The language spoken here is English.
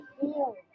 feel